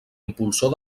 impulsor